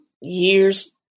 years